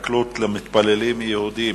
התנכלות למתפללים יהודים.